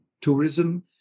tourism